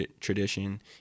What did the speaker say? tradition